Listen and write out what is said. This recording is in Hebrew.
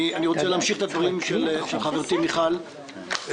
אני רוצה להמשיך את הדברים של חברתי מיכל שיר,